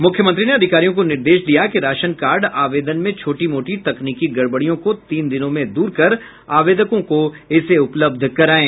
मुख्यमंत्री ने अधिकारियों को निर्देश दिया कि राशन कार्ड आवेदन में छोटी मोटी तकनीकी गड़बड़ियों को तीन दिनों में दूर कर आवेदकों को इसे उपलब्ध करायें